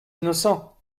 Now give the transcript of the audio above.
innocent